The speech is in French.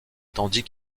tandis